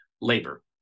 labor